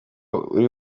uri